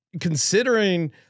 considering